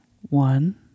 One